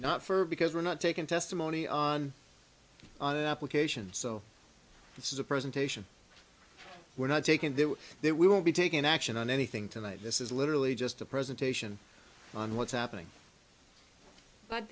not for because we're not taken testimony on the application so this is a presentation we're not taking that there we won't be taking action on anything tonight this is literally just a presentation on what's happening but